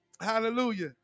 Hallelujah